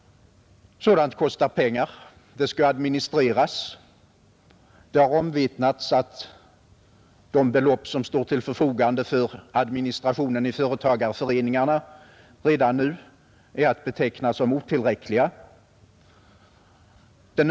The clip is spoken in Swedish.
Sådant kostar pengar, och det skall administreras. Det har omvittnats att de belopp som står till förfogande för administrationen i företagareföreningarna redan nu är att beteckna som otillräckliga.